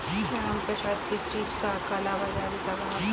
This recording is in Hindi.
रामप्रसाद किस चीज का काला बाज़ारी कर रहा था